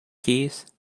keys